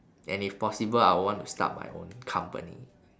and if possible I would want to start my own company